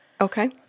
Okay